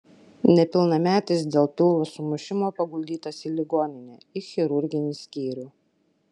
nepilnametis dėl pilvo sumušimo paguldytas į ligoninę į chirurginį skyrių